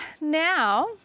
now